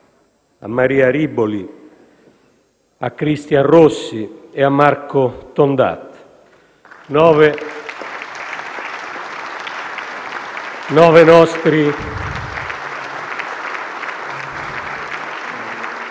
a Maria Riboli, a Cristian Rossi e a Marco Tondat.